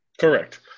Correct